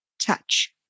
touch